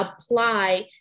apply